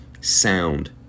sound